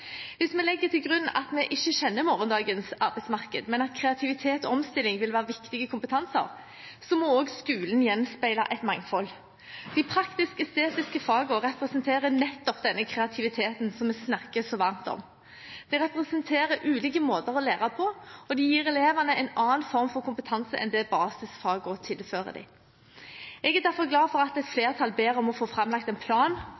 Hvis vi legger til grunn at vi ikke kjenner morgendagens arbeidsmarked, men at kreativitet og omstilling vil være viktige kompetanser, må også skolen gjenspeile et mangfold. De praktisk-estetiske fagene representerer nettopp denne kreativiteten som vi snakker så varmt om. De representerer ulike måter å lære på, og de gir elevene en annen form for kompetanse enn det basisfagene tilfører dem. Jeg er derfor glad for at et flertall ber om å få framlagt en plan